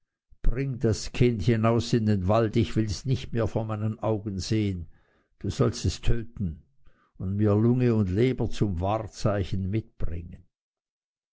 bring das kind hinaus in den wald ich wills nicht mehr vor meinen augen sehen du sollst es töten und mir lunge und leber zum wahrzeichen mitbringen